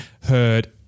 heard